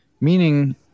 meaning